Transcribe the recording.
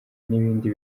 n’ibindi